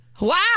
wow